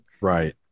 right